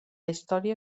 història